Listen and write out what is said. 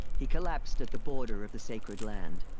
he collapsed at the border of the sacred land.